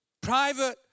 Private